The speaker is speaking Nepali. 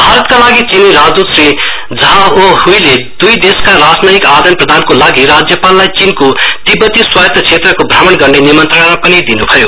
भारतमा लासि चीनी राजदूत श्री झाओदुईले दुई देशका राजनसित आतन प्रदानको लागि राज्यपाललाई चीनको तिब्बती स्वायन्त क्षेत्रको भ्रमण गर्ने निमन्त्रणा पनि दिनुभयो